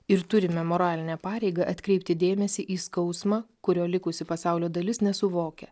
ir turime moralinę pareigą atkreipti dėmesį į skausmą kurio likusi pasaulio dalis nesuvokia